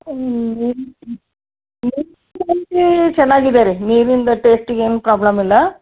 ಚೆನ್ನಾಗಿದೆ ರೀ ನೀರಿಂದು ಟೇಸ್ಟಿಗೇನೂ ಪ್ರಾಬ್ಲಮ್ ಇಲ್ಲ